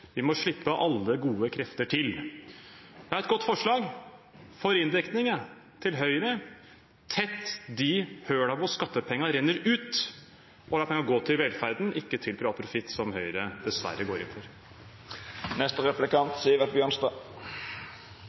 Vi må slippe alle gode krefter til. Jeg har et godt forslag for inndekning til Høyre: Tett de hullene hvor skattepengene renner ut, og la pengene gå til velferden, ikke til privat profitt, som Høyre dessverre går inn for.